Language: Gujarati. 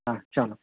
ચલો